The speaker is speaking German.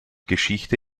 geschichte